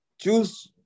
Choose